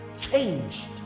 changed